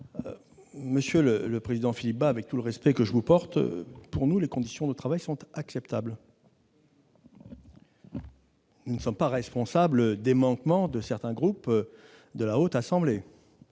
Monsieur le président Bas, avec tout le respect que je vous porte, je dois dire que, pour nous, les conditions de travail sont acceptables. Nous ne sommes pas responsables des manquements de certains groupes de la Haute Assemblée.